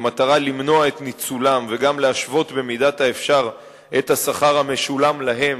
במטרה למנוע את ניצולם וגם להשוות במידת האפשר את השכר המשולם להם